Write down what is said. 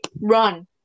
Run